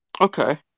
Okay